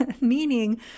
Meaning